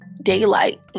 daylight